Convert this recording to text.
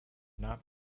not